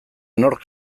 nork